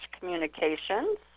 Communications